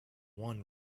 one